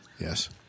Yes